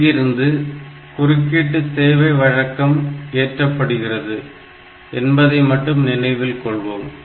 இங்கிருந்து குறுக்கிட்டு சேவை வழக்கம் ஏற்றப்படுகிறது என்பதை மட்டும் நினைவில் கொள்வோம்